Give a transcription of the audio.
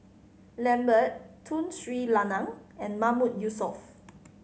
Lambert Tun Sri Lanang and Mahmood Yusof